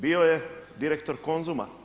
Bio je direktor Konzuma.